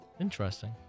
Interesting